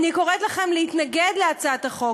אני קוראת לכם להתנגד להצעת החוק.